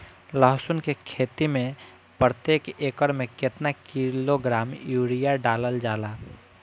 लहसुन के खेती में प्रतेक एकड़ में केतना किलोग्राम यूरिया डालल जाला?